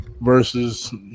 versus